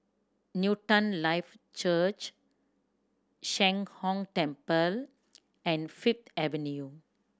Newton Life Church Sheng Hong Temple and Fifth Avenue